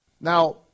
Now